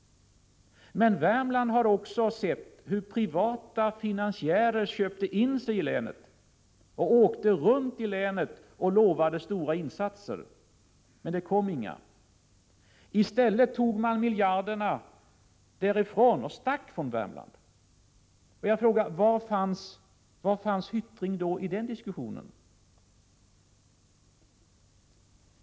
Men Värmland har också sett hur privata finansiärer köpt in sig i länet, åkt runt i länet och lovat stora satsningar, men det kom inga. I stället tog de miljarderna därifrån och stack från Värmland. Jag frågar: Var fanns Jan Hyttring då i diskussionen?